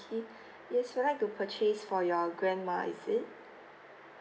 ~ay yes you would like to purchase for your grandma is it